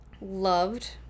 loved